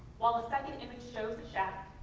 while the second image shows a shack